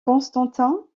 constantin